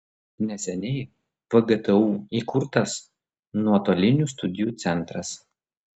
neseniai vgtu įkurtas nuotolinių studijų centras